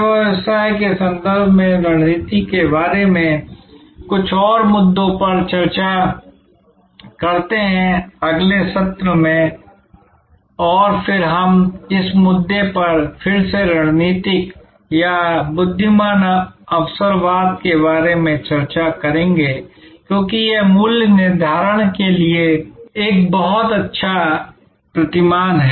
सेवा व्यवसाय के संदर्भ में रणनीति के बारे में कुछ और मुद्दों पर चर्चा करते हैं अगले सत्र में और फिर हम इस पूरे मुद्दे पर फिर से रणनीतिक या बुद्धिमान अवसरवाद के बारे में चर्चा करेंगे क्योंकि यह मूल्य निर्धारण के लिए एक बहुत अच्छा प्रतिमान है